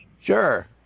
Sure